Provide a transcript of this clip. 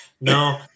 No